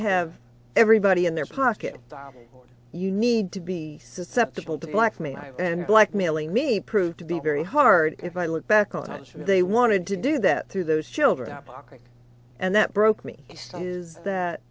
have everybody in their pocket you need to be susceptible to blackmail and blackmailing me prove to be very hard if i look back and i'm sure they wanted to do that through those children parker and that broke me is that